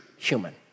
human